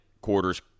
quarter's